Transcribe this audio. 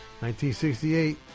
1968